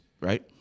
right